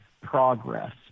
progress